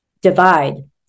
divide